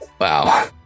wow